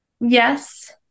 yes